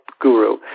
guru